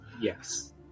Yes